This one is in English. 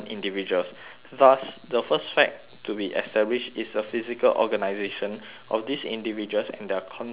thus the first fact to be established is the physical organisation of these individuals and their consequent